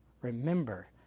remember